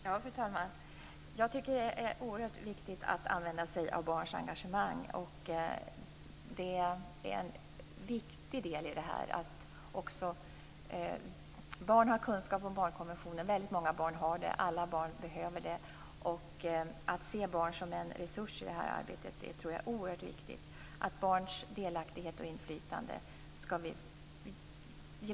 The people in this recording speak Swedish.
Fru talman! Jag tycker att det är oerhört viktigt att använda sig av barns engagemang. Det är viktigt att barn har kunskap om barnkonventionen. Väldigt många barn har det, alla barn behöver det. Det är oerhört viktigt att se barn som en resurs i detta arbete och att gemensamt försöka att öka barns delaktighet och inflytande.